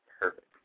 perfect